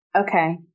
Okay